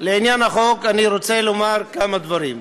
לעניין החוק אני רוצה לומר כמה דברים.